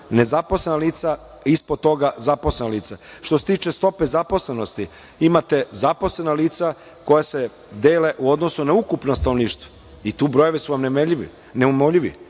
Nezaposlena lica, ispod toga zaposlena lica. Što se tiče stope zaposlenosti, imate zaposlena lica koja se dele u odnosu na ukupno stanovništvo i tu brojevi su vam neumoljivi.